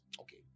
okay